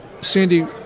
Sandy